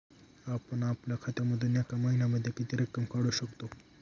आपण आपल्या खात्यामधून एका महिन्यामधे किती रक्कम काढू शकतो?